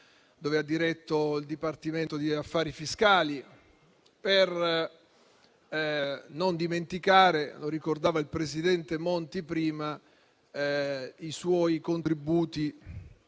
dove ha diretto il Dipartimento affari fiscali. Non vorrei poi dimenticare, come ricordava il presidente Monti prima, i suoi contributi